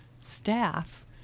staff